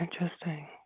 Interesting